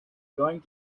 going